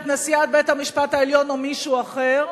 נשיאת בית-המשפט העליון או מישהו אחר.